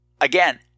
Again